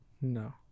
No